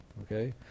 okay